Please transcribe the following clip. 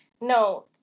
No